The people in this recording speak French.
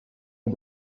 est